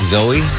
Zoe